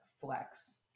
flex